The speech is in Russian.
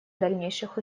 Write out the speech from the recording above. дальнейших